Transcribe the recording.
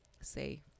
say